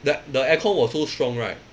the the aircon was so strong right